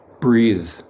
breathe